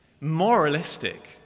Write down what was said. Moralistic